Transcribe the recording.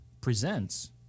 Presents